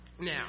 Now